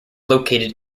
located